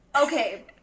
Okay